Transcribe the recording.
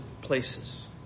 places